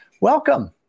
Welcome